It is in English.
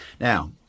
Now